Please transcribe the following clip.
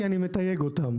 כי אני מתייג אותם.